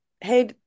hey